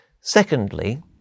Secondly